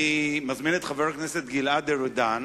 אני מזמין את חבר הכנסת גלעד ארדן